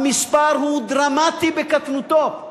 המספר הוא דרמטי בקטנותו,